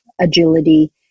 agility